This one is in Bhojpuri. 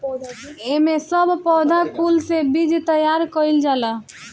एमे सब पौधा कुल से बीज तैयार कइल जाला